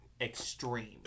extreme